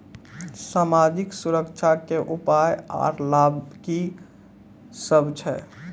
समाजिक सुरक्षा के उपाय आर लाभ की सभ छै?